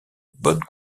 bonne